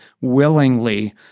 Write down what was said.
willingly